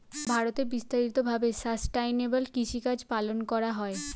ভারতে বিস্তারিত ভাবে সাসটেইনেবল কৃষিকাজ পালন করা হয়